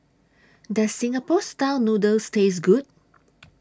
Does Singapore Style Noodles Taste Good